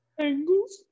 Angles